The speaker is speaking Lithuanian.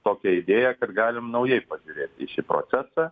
tokią idėją kad galim naujai pažiūrėti į šį procesą